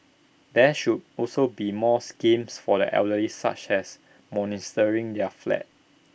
there should also be more schemes for the elderly such as monetising their flat